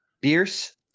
Bierce